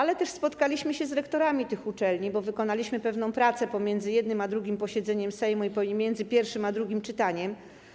Ale też spotkaliśmy się z rektorami tych uczelni, bo wykonaliśmy pewną pracę pomiędzy jednym a drugim posiedzeniem Sejmu i między pierwszym a drugim czytaniem.